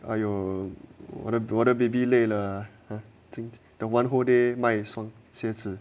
!aiyo! 我的 baby 累了 ah one whole day 买蝎子